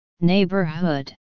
neighborhood